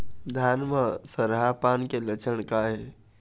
धान म सरहा पान के लक्षण का हे?